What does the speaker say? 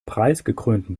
preisgekrönten